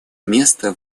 место